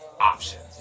options